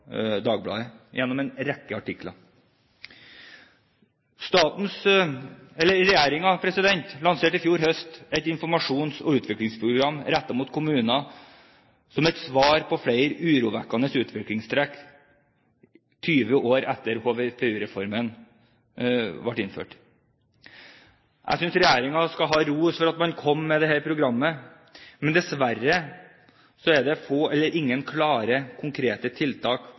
gjennom en rekke artikler. Regjeringen lanserte i fjor høst et informasjons- og utviklingsprogram rettet mot kommuner som et svar på flere urovekkende utviklingstrekk 20 år etter at HVPU-reformen ble innført. Jeg synes regjeringen skal ha ros for at den kom med dette programmet. Men dessverre er det få eller ingen klare konkrete tiltak